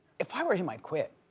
if i were him, i'd quit.